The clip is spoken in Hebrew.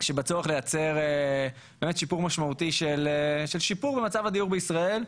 שבצורך ליצור שיפור משמעותי במצב הדיור בישראל,